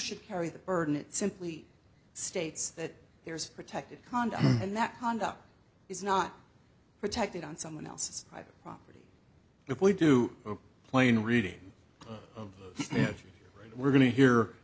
should carry the burden it simply states that there is protected conduct and that conduct is not protected on someone else's private property if we do plain reading of it we're going to hear